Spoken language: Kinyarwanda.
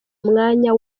mwanya